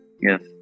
yes